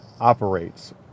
operates